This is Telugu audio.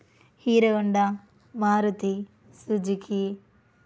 hero Honda Maruti Suzuki